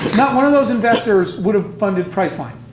not one of those investors would have funded priceline.